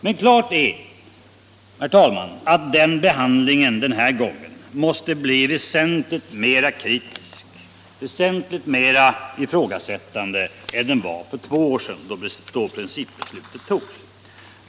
Men klart är, herr talman, att riksdagsbehandlingen den här gången måste bli väsentligt mer kritisk och väsentligt mer ifrågasättande än för två år sedan då principbeslutet togs.